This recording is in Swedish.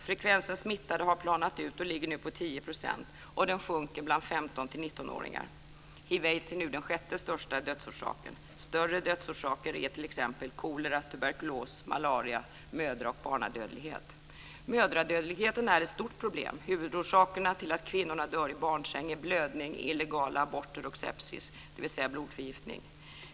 Frekvensen smittade har planat ut och ligger nu på 10 %, och den sjunker bland 15-19-åringar. Hiv/aids är nu den sjätte största dödsorsaken. Större dödsorsaker är t.ex. Mödradödligheten är ett stort problem. Huvudorsakerna till att kvinnorna dör i barnsäng är blödning, illegala aborter och sepsis, dvs. blodförgiftning.